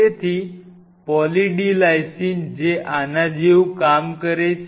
તેથી poly D lysine જે આના જેવું કામ કરે છે